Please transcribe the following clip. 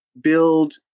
build